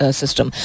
system